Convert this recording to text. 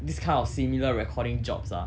this kind of similar recording jobs ah